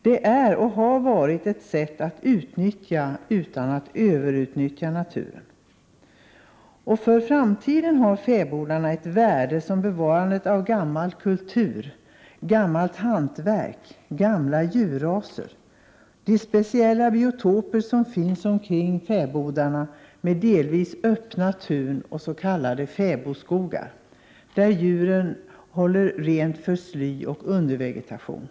Detta är och har varit ett sätt att utnyttja naturen utan att överutnyttja den. För framtiden har fäbodarna värde som bevarare av gammal kultur, gammalt hantverk, gamla djurraser, de speciella biotoper som finns omkring fäbodarna med delvis öppna tun och s.k. fäbodskogar, där djuren håller rent från sly och undervegetation.